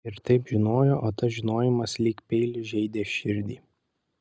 ji ir taip žinojo o tas žinojimas lyg peilis žeidė širdį